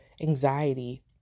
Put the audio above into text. anxiety